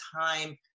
time